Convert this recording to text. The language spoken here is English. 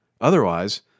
Otherwise